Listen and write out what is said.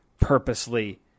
purposely